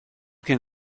can